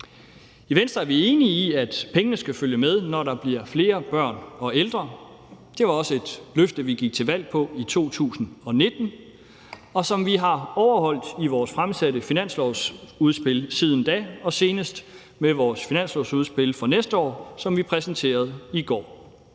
I Venstre er vi enige i, at pengene skal følge med, når der bliver flere børn og ældre. Det var også et løfte, vi gik til valg på i 2019, og som vi har overholdt i vores fremsatte finanslovsudspil siden da og senest med vores finanslovsudspil for næste år, som vi præsenterede i går.